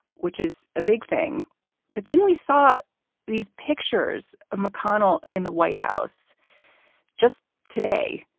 which is a big thing but then we saw these pictures of mcconnell in the white house just today,